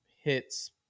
hits